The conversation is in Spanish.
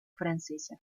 francesa